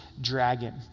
dragon